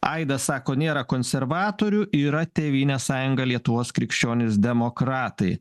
aida sako nėra konservatorių yra tėvynės sąjunga lietuvos krikščionys demokratai